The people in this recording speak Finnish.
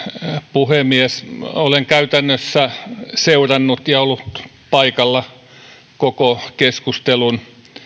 puhemies olen käytännössä seurannut ja ollut paikalla koko keskustelun